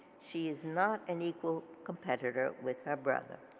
she is not an equal competitor with her brother.